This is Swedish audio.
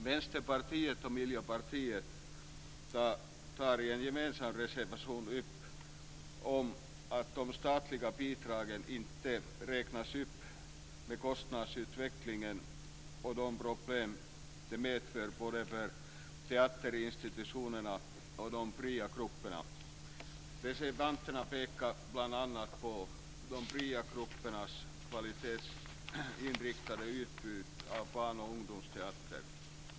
Vänsterpartiet och Miljöpartiet tar i en gemensam reservation upp frågan om att de statliga bidragen inte räknas upp med kostnadsutvecklingen och de problem det medför både för teaterinstitutionerna och de fria grupperna. Reservanterna pekar bl.a. på de fria gruppernas kvalitetsinriktade utbud av barn och ungdomsteater.